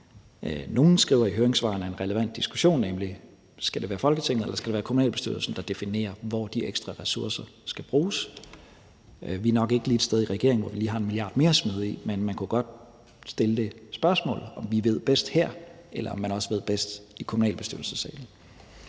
nogle skriver i høringssvarene, er en relevant diskussion, nemlig om det skal være Folketinget eller kommunalbestyrelsen, der definerer, hvor de ekstra ressourcer skal bruges. Vi er i regeringen nok ikke et sted, hvor vi lige har 1 mia. kr. mere at smide i, men man kunne godt stille spørgsmålet, om vi ved bedst her, eller om man også ved bedst i kommunalbestyrelsessalen.